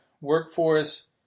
workforce